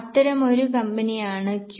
അത്തരമൊരു കമ്പനി ആണ് Q